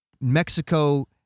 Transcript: Mexico